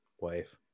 wife